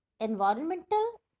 Environmental